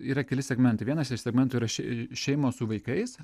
yra keli segmentai vienas iš segmentų yra ši šeimos su vaikais